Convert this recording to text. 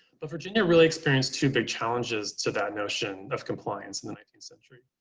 but virginia really experienced two big challenges to that notion of compliance in the nineteenth century.